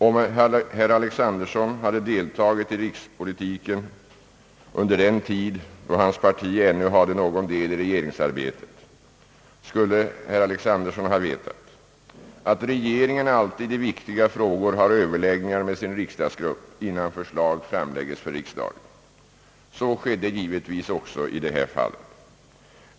Om herr Alexanderson hade deltagit i rikspolitiken under den tid hans parti ännu hade någon del i regeringsarbetet, skulle herr Alexanderson ha vetat att regeringen alltid i viktiga frågor har överläggningar med sin riksdagsgrupp innan förslag framläggs för riksdagen. Så skedde givetvis även i detta fall.